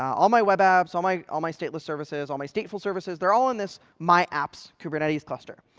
all my web apps, all my all my stateless services, all my stateful services, they're all in this my apps kubernetes cluster.